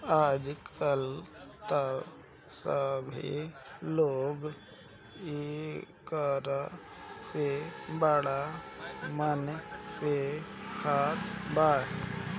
आजकल त सभे लोग एकरा के बड़ा मन से खात बा